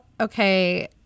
okay